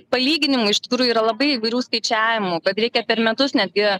palyginimui iš tikrųjų yra labai įvairių skaičiavimų kad reikia per metus netgi